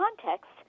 context